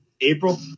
April